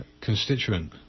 constituent